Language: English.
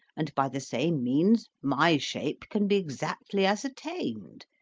and by the same means my shape can be exactly ascertained.